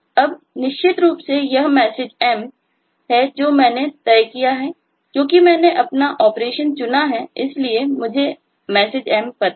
अब निश्चित रूप से यह मैसेज M है जो मैंने तय किया है क्योंकि मैंने अपना ऑपरेशन चुना है इसलिए मुझे मैसेज M पता है